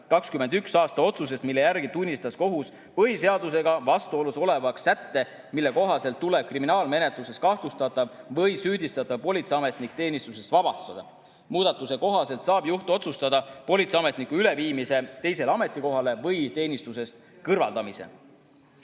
2021. aasta otsusest, mille järgi tunnistas kohus põhiseadusega vastuolus olevaks sätte, mille kohaselt tuleb kriminaalmenetluses kahtlustatav või süüdistatav politseiametnik teenistusest vabastada. Muudatuse kohaselt saab juht otsustada politseiametniku üleviimise teisele ametikohale või tema teenistusest kõrvaldamise.